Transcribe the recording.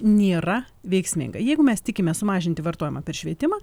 nėra veiksminga jeigu mes tikimės sumažinti vartojimą per švietimą